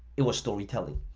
it was storytelling.